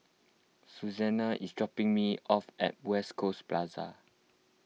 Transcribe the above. Susanne is dropping me off at West Coast Plaza